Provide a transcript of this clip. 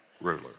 ruler